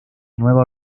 nueva